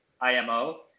IMO